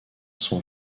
son